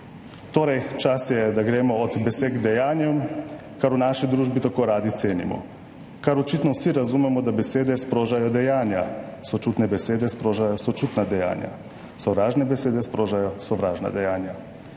drugega. Čas je, da gremo od besed k dejanjem, kar v naši družbi tako radi cenimo. Očitno vsi razumemo, da besede sprožajo dejanja. Sočutne besede sprožajo sočutna dejanja, sovražne besede sprožajo sovražna dejanja,